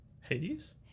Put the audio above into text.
Hades